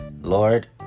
Lord